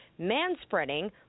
manspreading